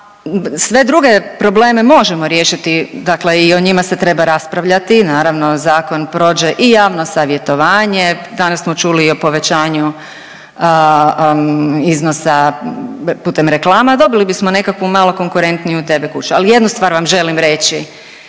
sve druge probleme možemo riješiti dakle i o njima se treba raspravljati, naravno zakon prođe i javno savjetovanje, danas smo čuli i o povećanju iznosa putem reklama, dobili bismo nekakvu malo konkurentniju tv kuću. Ali jednu stvar vam želim reći